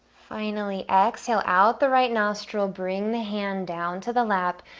finally exhale out the right nostril. bring the hand down to the lap,